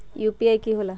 UPI कि होला?